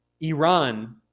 Iran